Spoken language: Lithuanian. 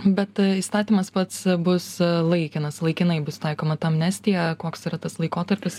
bet įstatymas pats bus laikinas laikinai bus taikoma ta amnestija koks yra tas laikotarpis